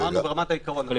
אמרנו ברמת העיקרון --- בדק.